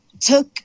took